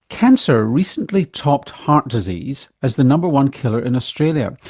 cancer recently topped heart disease as the number one killer in australia,